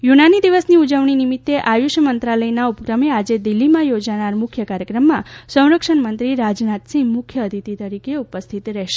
યુનાની દિવસની ઉજવણી નિમિત્તે આયુષ મંત્રાલયના ઉપક્રમે આજે દિલ્હીમાં યોજાનાર મુખ્ય કાર્યક્રમમાં સંરક્ષણ મંત્રી રાજનાથ સિંહ મુખ્ય અતિથી તરીકે ઉપસ્થિત રહેશે